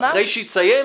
את בתי החולים הממשלתיים,